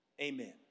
Amen